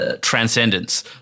Transcendence